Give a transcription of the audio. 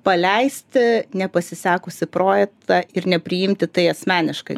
paleisti nepasisekusį projektą ir nepriimti tai asmeniškai